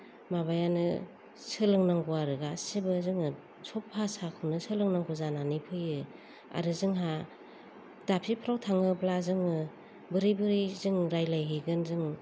माबायानो सोलोंनांगौ आरो गासैबो जोङो सब भासाखौनो सोलोंनांगौ जानानै फैयो आरो जोंहा दाबसेफ्राव थाङोब्ला जोङो बोरै बोरै जों रायज्लायहैगोन जों